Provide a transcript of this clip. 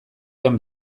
joan